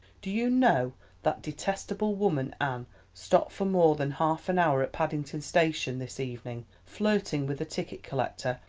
do you know that detestable woman anne stopped for more than half an hour at paddington station this evening, flirting with a ticket collector,